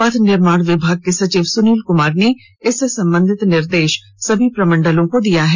पथ निर्माण विभाग के सचिव सुनील कुमार ने इससे संबंधित निर्देश सभी प्रमंडलों को दिये हैं